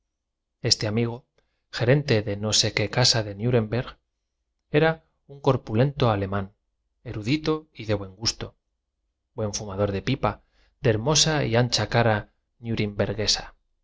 este amigo gerente de no sé qué casa de práctico los hechos hablarán por nosotros nuremberga era un corpu lento alemán erudito lector a tu imparcialidad y buen juicio nos remitimos y de buen gusto buen fumador de pipa de her mosa y ancha cara